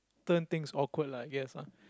turn things awkward lah I guess lah